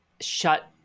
shut